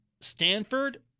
Stanford